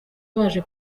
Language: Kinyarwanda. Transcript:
baje